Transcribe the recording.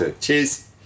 Cheers